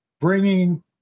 bringing